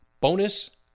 Bonus